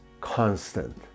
constant